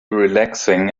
relaxing